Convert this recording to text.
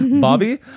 Bobby